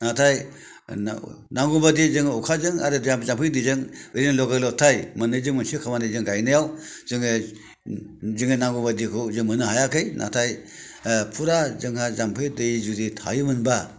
नाथाय नांगौ बायदि जों अखाजों आरो जामफैनि दैजों बिजों लगाय लथाय माने जों मोनसे खामानि गायनायाव जोङो नांगौबायदिखौ जों मोननो हायाखै नाथाय ओ फुरा जोंहा जामफै दै थायोमोनबा